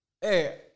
Hey